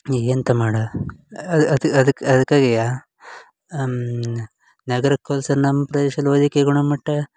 ಈಗ ಎಂತ ಮಾಡು ಅದು ಅದು ಅದಕ್ಕೆ ಅದ್ಕಾಗೆ ನಗರಕ್ಕೆ ಹೊಲ್ಸುರೆ ನಮ್ಮ ಪ್ರದೇಶಲ್ಲಿ ಹೋಲಿಕೆ ಗುಣಮಟ್ಟ